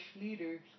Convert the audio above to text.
leaders